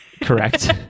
Correct